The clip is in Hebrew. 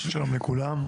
שלום לכולם.